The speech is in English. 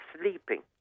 sleeping